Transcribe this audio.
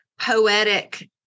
poetic